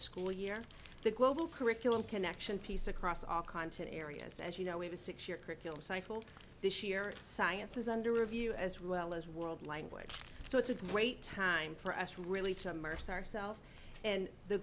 school year the global curriculum connection piece across all content areas as you know we have a six year curriculum this year science is under review as well as world language so it's a great time for us really to immerse ourselves and the